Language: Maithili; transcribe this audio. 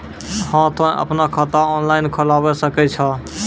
हाँ तोय आपनो खाता ऑनलाइन खोलावे सकै छौ?